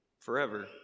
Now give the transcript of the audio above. forever